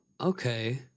Okay